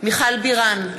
מיכל בירן,